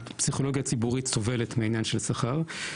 הפסיכולוגיה הציבורית סובלת מהעניין של שכר.